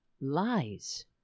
lies